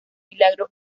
milagro